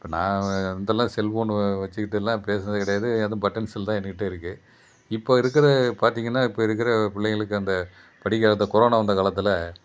இப்போ நான் வந்தெல்லாம் செல்ஃபோன் வச்சுக்கிட்டெல்லாம் பேசினதே கிடையாது அதுவும் பட்டன் செல்லு தான் என்கிட்ட இருக்குது இப்போ இருக்கிற பார்த்திங்கன்னா இப்போ இருக்கிற பிள்ளைங்களுக்கு அந்த படிக்கிற அந்த கொரோனா வந்த காலத்தில்